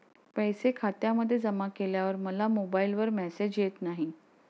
पैसे खात्यामध्ये जमा केल्यावर मला मोबाइलवर मेसेज येत नाही?